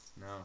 No